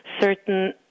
certain